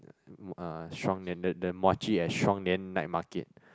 uh strong then the the muachee at strong then night market